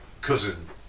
cousin